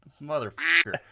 motherfucker